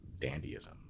dandyism